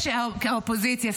האופוזיציה,